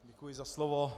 Děkuji za slovo.